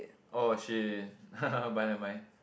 !oh shit! but never mind